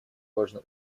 важно